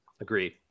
Agreed